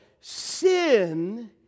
sin